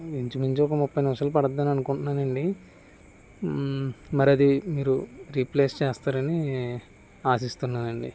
ఆ ఇంచు మించు ఒక ముప్పై నిమిషాలు పడుతుందని అనుకుంటున్నానండి మరి అది మీరు రీప్లేస్ చేస్తారని ఆశిస్తున్నానండి